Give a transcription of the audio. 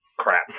crap